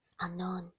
Unknown